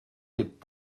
est